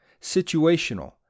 situational